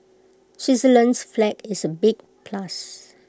Switzerland's flag is A big plus